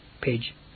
page